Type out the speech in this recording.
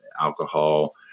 alcohol